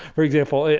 for example.